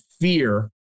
fear